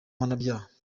mpanabyaha